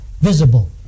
visible